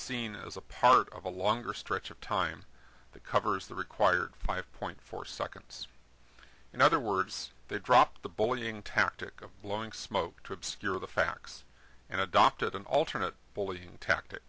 seen as a part of a longer stretch of time the covers the required five point four seconds in other words they drop the bullying tactic of blowing smoke to obscure the facts and adopted an alternate bullying tactic